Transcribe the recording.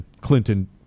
Clinton